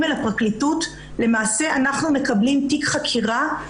לפרקליטות למעשה אנחנו מקבלים תיק חקירה.